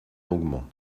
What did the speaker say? longuement